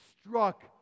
struck